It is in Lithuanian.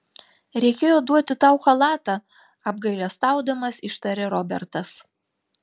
reikėjo duoti tau chalatą apgailestaudamas ištarė robertas